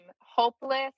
hopeless